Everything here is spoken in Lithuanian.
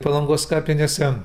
palangos kapinėse